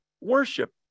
worship